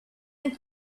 and